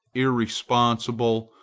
irresponsible,